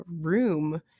room